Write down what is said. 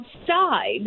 outside